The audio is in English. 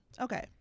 okay